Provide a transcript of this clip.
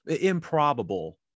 improbable